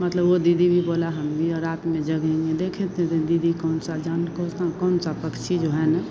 मतलब वह दीदी भी बोली हम भी और रात में जगेंगे देखें थे तो दीदी कौन सा जान कौन सा कौन सा पक्षी जो है ना